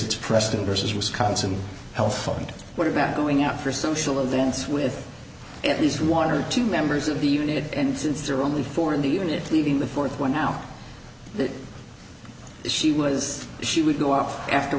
of preston versus wisconsin helfant what about going out for social events with at least one or two members of the unit and since there are only four in the unit leaving the fourth one now that she was she would go off after